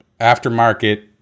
aftermarket